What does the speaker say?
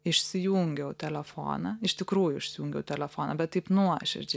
išsijungiau telefoną iš tikrųjų išsijungiau telefoną bet taip nuoširdžiai